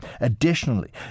Additionally